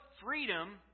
freedom